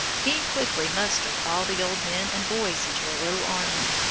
he quickly mustered all the old men and boys into a little army.